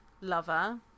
lover